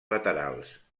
laterals